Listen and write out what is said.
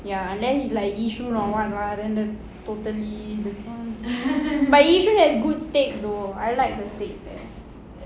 ya and then if like yishun or [what] ah then totally but yishun has good steak though I like the steak there